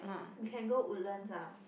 we can go Woodlands ah